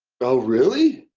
oh really?